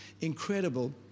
incredible